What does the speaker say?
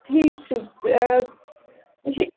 ٹھیٖک چھُ تہٕ یہِ چھُ